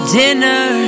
dinner